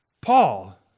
Paul